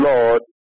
Lord